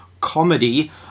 comedy